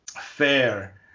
fair